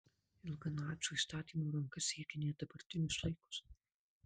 ilga nacių įstatymo ranka siekia net dabartinius laikus